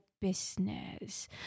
business